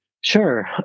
Sure